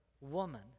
woman